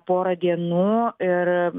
porą dienų ir